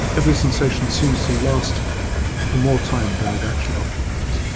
every sensation seems to last for more time than it actually occupies.